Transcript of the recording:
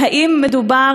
האם מדובר,